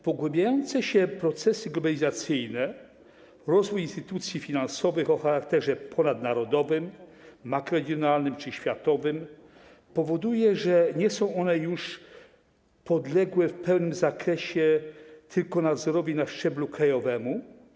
Pogłębiające się procesy globalizacyjne i rozwój instytucji finansowych o charakterze ponadnarodowym, makroregionalnym czy światowym powodują, że nie są one już podległe w pełnym zakresie tylko nadzorowi na szczeblu krajowym.